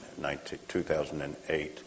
2008